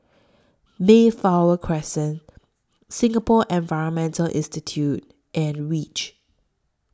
Mayflower Crescent Singapore Environment Institute and REACH